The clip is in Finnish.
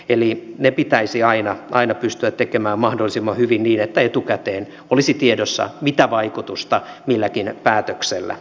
eli ne pitäisi aina pystyä tekemään mahdollisimman hyvin niin että etukäteen olisi tiedossa mitä vaikutusta milläkin päätöksellä on